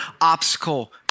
obstacle